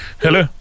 Hello